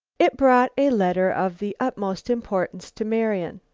it brought a letter of the utmost importance to marian.